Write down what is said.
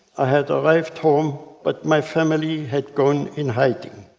i had arrived home, but my family had gone in hiding,